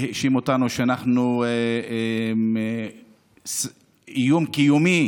והאשים אותנו שאנחנו איום קיומי